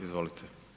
Izvolite.